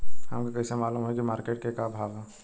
हमके कइसे मालूम होई की मार्केट के का भाव ह?